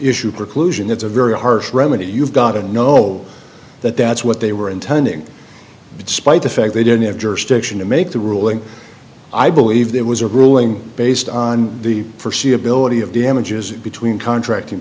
issue preclusion it's a very harsh remedy you've got to know that that's what they were intending despite the fact they didn't have jurisdiction to make the ruling i believe there was a ruling based on the forsee ability of damages between contracting